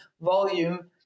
volume